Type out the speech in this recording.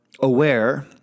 aware